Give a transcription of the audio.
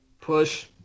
Push